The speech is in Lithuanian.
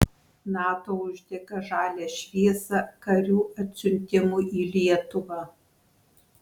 nato uždega žalią šviesą karių atsiuntimui į lietuvą